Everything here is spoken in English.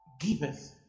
giveth